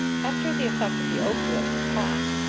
after the effect of the opiate had passed,